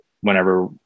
whenever